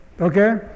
okay